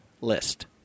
list